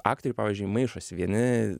aktoriai pavyzdžiui maišosi vieni